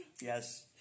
yes